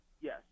Yes